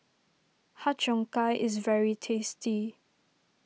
Har Cheong Gai is very tasty